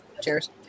cheers